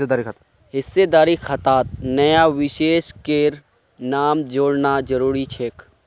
हिस्सेदारी खातात नया निवेशकेर नाम जोड़ना जरूरी छेक